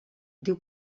diu